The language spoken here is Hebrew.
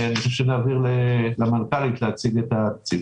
אני מציע שנעביר את רשות הדיבור למנכ"לית כדי להציג את התקציב.